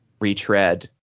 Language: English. retread